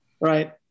right